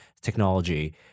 technology